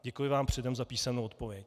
Děkuji vám předem za písemnou odpověď.